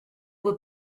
were